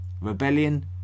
Rebellion